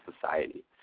society